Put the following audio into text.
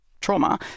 trauma